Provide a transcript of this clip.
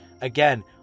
Again